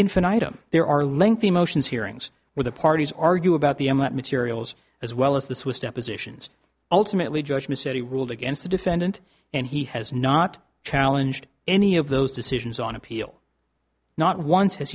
infinitum there are lengthy motions hearings where the parties argue about the materials as well as this was depositions ultimately judgment said he ruled against the defendant and he has not challenged any of those decisions on appeal not once